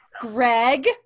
Greg